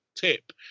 tip